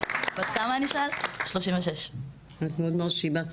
בת 36. את מאוד מרשימה.